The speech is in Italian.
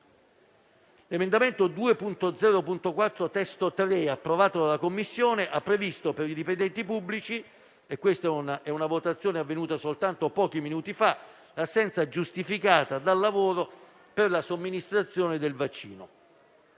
L'emendamento 2.0.4 (testo 3), approvato dalla Commissione, ha previsto per i dipendenti pubblici - e questa è una è una votazione avvenuta soltanto pochi minuti fa - l'assenza giustificata dal lavoro per la somministrazione del vaccino.